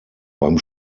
beim